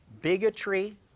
bigotry